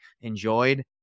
enjoyed